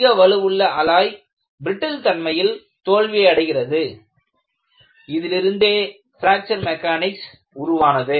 அதிக வலுவுள்ள alloy brittle தன்மையில் தோல்வியடைகிறது இதிலிருந்தே பிராக்ச்சர் மெக்கானிக்ஸ் உருவானது